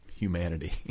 Humanity